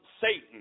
Satan